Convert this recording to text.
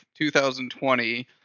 2020